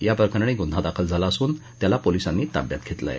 याप्रकरणी गून्हा दाखल झाला असून या व्यक्तीला पोलिसांनी ताब्यात घेतलं आहे